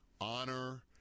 honor